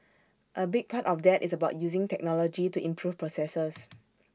A big part of that is about using technology to improve processes